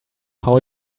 how